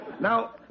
Now